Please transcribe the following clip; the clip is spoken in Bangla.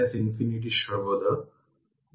তাই iC i t তার মানে iC RC1 dv dt হবে